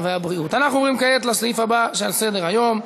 אנחנו עוברים כעת לסעיף הבא שעל סדר-היום: